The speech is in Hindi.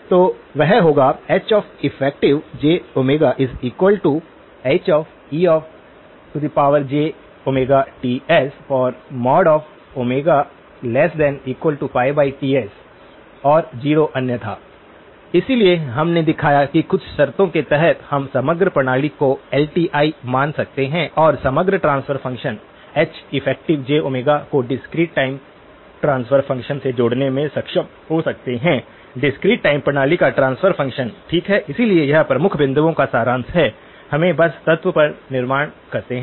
तो वह होगा HeffjHejTs Ts 0 अन्यथा इसलिए हमने दिखाया कि कुछ शर्तों के तहत हम समग्र प्रणाली को एल टी आई मान सकते हैं और समग्र ट्रांसफर फ़ंक्शन Heff को डिस्क्रीट टाइम ट्रांसफर फ़ंक्शन से जोड़ने में सक्षम हो सकते हैं डिस्क्रीट टाइम प्रणाली का ट्रांसफर फ़ंक्शन ठीक है इसलिए यह प्रमुख बिंदुओं का सारांश है हमें बस तत्व पर निर्माण करते हैं